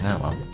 follow